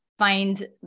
find